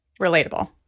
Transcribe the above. relatable